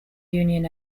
union